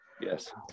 Yes